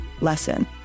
lesson